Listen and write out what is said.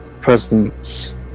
presence